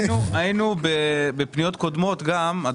היינו בפניות קודמות גם על